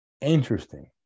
Interesting